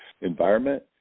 environment